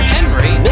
Henry